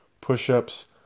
push-ups